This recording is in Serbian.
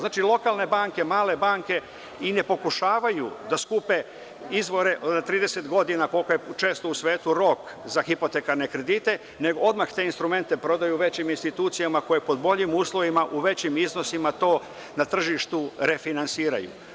Znači, lokalne banke, male banke i ne pokušavaju da skupe izvore, na 30 godina, koliko je često u svetu rok za hipotekarne kredite, nego odmah te instrumente prodaju većim institucijama koje pod boljim uslovima, u većim iznosima to na tržištu refinasiraju.